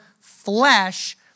flesh